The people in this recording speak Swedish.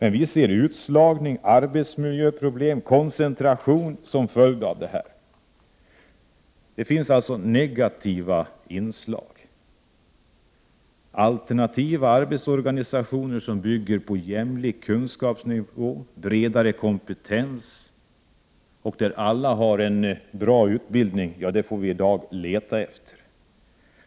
Vi ser dock utslagning, arbetsmiljöproblem och koncentration som följder av detta. Det finns alltså negativa inslag. Alternativa arbetsorganisationer, som bygger på jämlik kunskapsnivå och bredare kompetens och där alla har en bra utbildning, får vi i dag leta efter.